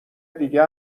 دیگه